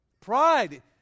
Pride